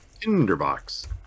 tinderbox